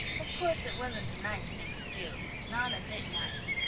of course it wasn't a nice thing to do, not a bit nice.